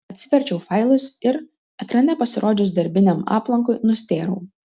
atsiverčiau failus ir ekrane pasirodžius darbiniam aplankui nustėrau